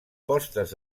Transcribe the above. postes